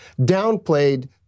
downplayed